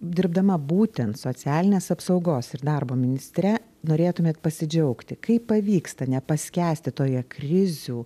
dirbdama būtent socialinės apsaugos ir darbo ministre norėtumėt pasidžiaugti kaip pavyksta nepaskęsti toje krizių